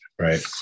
Right